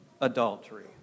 adultery